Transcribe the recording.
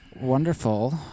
wonderful